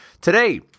today